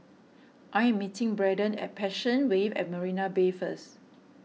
I am meeting Braden at Passion Wave at Marina Bay first